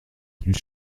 plus